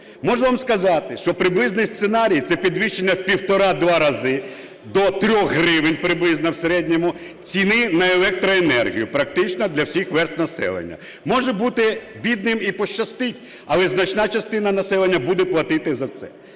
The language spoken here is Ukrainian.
Можу вам сказати, що приблизний сценарій – це підвищення у півтора-два рази, до 3 гривень приблизно в середньому, ціни на електроенергію практично для всіх верств населення. Може бути, бідним і пощастить, але значна частина населення буде платити за це.